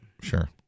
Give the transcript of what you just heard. sure